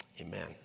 amen